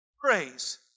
praise